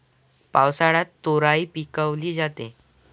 पावसाळ्यात तोराई पिकवली जाते